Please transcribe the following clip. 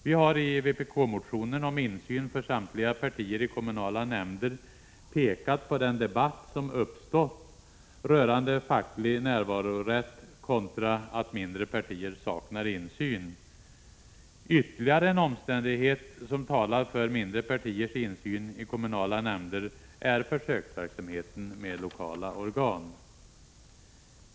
Vi har i vpk-motionen om insyn för samtliga partier i kommunala nämnder pekat på den debatt som uppstått rörande facklig närvarorätt kontra det faktum att mindre partier saknar insyn. Ytterligare en omständighet som talar för mindre partiers insyn i kommunala nämnder är försöksverksamheten med lokala organ.